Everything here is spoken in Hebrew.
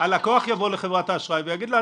ויגיד לה,